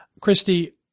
Christy